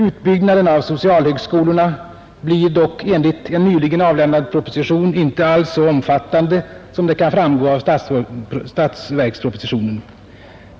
Utbyggnaden av socialhögskolorna blir dock, enligt en nyligen avlämnad proposition, inte alls så omfattande som det kan framgå av statsverkspropositionen.